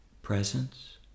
presence